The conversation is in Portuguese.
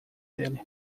dele